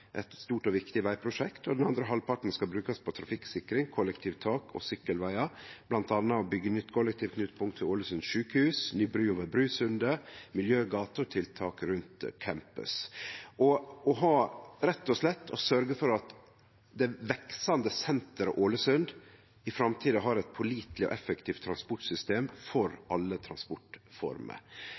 eit stort og viktig vegprosjekt, og den andre halvparten skal brukast på trafikksikring, kollektivtiltak og sykkelvegar, bl.a. på å byggje nytt kollektivknutepunkt ved Ålesund sjukehus, ny bru over Brusundet, miljøgate og tiltak rundt campus – rett og slett å sørgje for at det veksande senteret Ålesund i framtida har eit påliteleg og effektivt transportsystem for alle transportformer,